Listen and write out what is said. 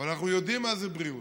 אנחנו יודעים מה זה בריאות,